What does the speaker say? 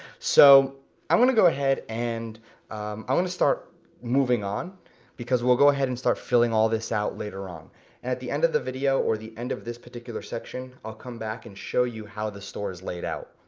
so i wanna go ahead and i wanna start moving on because we'll go ahead and start filling all this out later on. and at the end of the video or the end of this particular section, i'll come back and show you how the store is laid out.